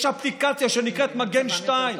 יש אפליקציה שנקראת מגן 2,